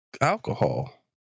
Alcohol